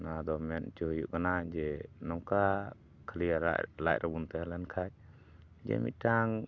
ᱚᱱᱟᱫᱚ ᱢᱮᱱ ᱦᱚᱪᱚ ᱦᱩᱭᱩᱜ ᱠᱟᱱᱟ ᱡᱮ ᱱᱚᱝᱠᱟ ᱠᱷᱟᱹᱞᱤ ᱞᱟᱡ ᱨᱮᱵᱚᱱ ᱛᱟᱦᱮᱸ ᱞᱮᱱᱠᱷᱟᱡ ᱡᱮ ᱢᱤᱫᱴᱟᱝ